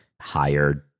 hired